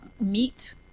meat